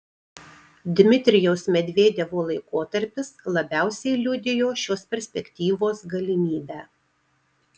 dmitrijaus medvedevo laikotarpis labiausiai liudijo šios perspektyvos galimybę